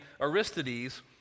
Aristides